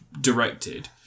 directed